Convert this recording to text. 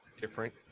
different